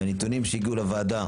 מנתונים שהגיעו לוועדה,